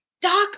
doc